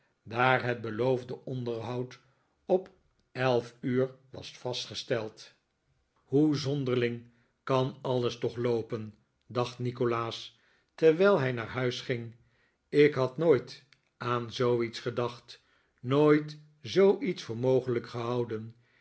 daar het beloofde onderhoud op elf uur was vastgesteld hoe zonderling kan alles toch loopen dacht nikolaas terwijl hij naar huis ging ik had nooit aan zooiets gedacht nooit zooiets voor mogelijk gehouden